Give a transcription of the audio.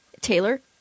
Taylor